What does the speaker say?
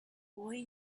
boy